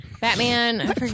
Batman